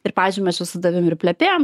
ir pavyzdžiui mes čia su tavimi ir plepėjom